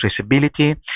traceability